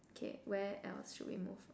K where else should we move